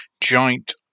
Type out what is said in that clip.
joint